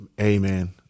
Amen